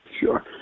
Sure